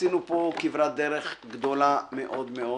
עשינו פה כברת דרך גדולה מאוד-מאוד.